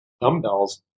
dumbbells